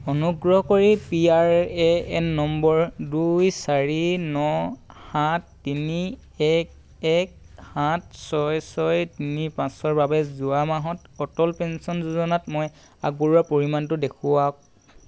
অনুগ্ৰহ কৰি P R A N number দুই চাৰি ন সাত তিনি এক এক সাত ছয় ছয় তিনি পাঁচৰ বাবে যোৱা মাহত অটল পেঞ্চন যোজনাত মই আগবঢ়োৱা পৰিমাণটো দেখুৱাওক